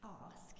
ask